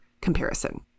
comparison